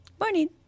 Morning